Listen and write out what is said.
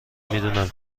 میدونم